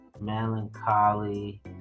melancholy